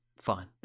fine